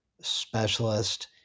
specialist